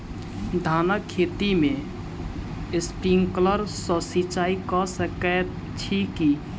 धानक खेत मे स्प्रिंकलर सँ सिंचाईं कऽ सकैत छी की?